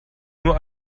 nur